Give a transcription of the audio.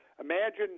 imagine